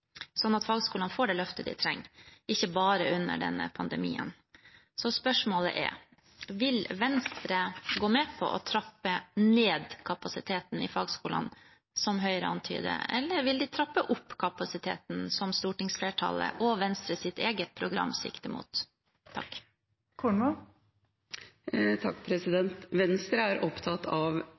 at fagskolene får det løftet de trenger – ikke bare under denne pandemien. Spørsmålet er: Vil Venstre gå med på å trappe ned kapasiteten i fagskolene, som Høyre antyder, eller vil de trappe opp kapasiteten, som stortingsflertallet og Venstres eget program sikter mot? Venstre er opptatt av